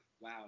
wow